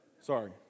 Sorry